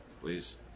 Please